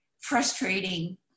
frustrating